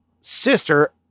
sister